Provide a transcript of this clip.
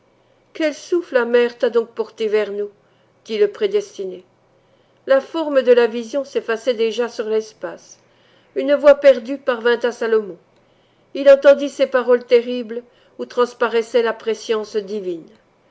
quel souffle amer t'a donc porté vers nous dit le prédestiné la forme de la vision s'effaçait déjà sur l'espace une voix perdue parvint à salomon il entendit ces paroles terribles où transparaissait la prescience divine